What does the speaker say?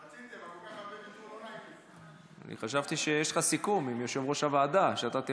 רציתי, אבל כל כך הרבה ביטלו, אז לא נעים לי.